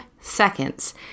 seconds